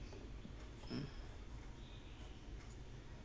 mm